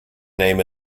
name